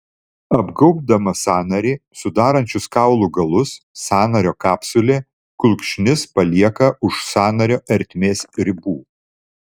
apgaubdama sąnarį sudarančius kaulų galus sąnario kapsulė kulkšnis palieka už sąnario ertmės ribų